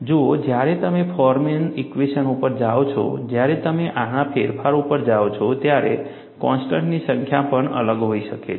જુઓ જ્યારે તમે ફોરમેન ઇક્વેશન ઉપર જાઓ છો જ્યારે તમે આના ફેરફાર ઉપર જાઓ છો ત્યારે કોન્સ્ટન્ટની સંખ્યા પણ અલગ હોઈ શકે છે